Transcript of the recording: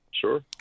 Sure